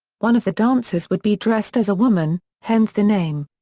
one of the dancers would be dressed as a woman, hence the name.